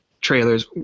trailers